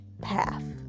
path